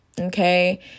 okay